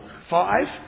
five